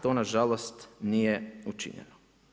To nažalost nije učinjeno.